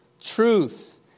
Truth